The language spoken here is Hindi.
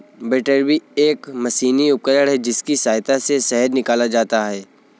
बैटरबी एक मशीनी उपकरण है जिसकी सहायता से शहद निकाला जाता है